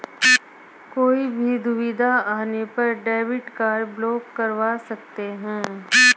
कोई भी दुविधा आने पर डेबिट कार्ड ब्लॉक करवा सकते है